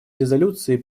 резолюции